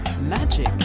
magic